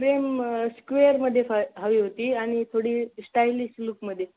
frame स्क्वेअरमध्ये फा हवी होती आणि थोडी स्टायलिश लुकमध्ये